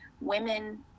Women